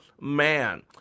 man